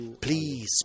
Please